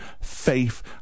faith